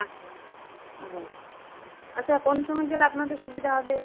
আচ্ছা আচ্ছা আচ্ছা কোন সময় গেলে আপনাদের সুবিধা হবে